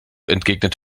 entgegnet